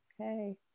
okay